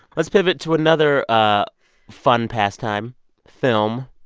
let's pivot to another ah fun pastime film.